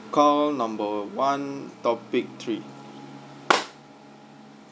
call number one topic three